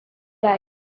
life